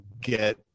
get